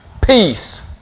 peace